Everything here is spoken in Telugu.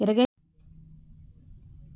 ఇరగేషన్ వలన కలిగే ఉపయోగాలు గ్యారంటీ వివరించండి?